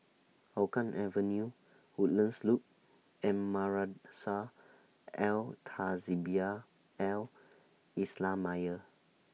Hougang Avenue Woodlands Loop and Madrasah Al Tahzibiah Al Islamiah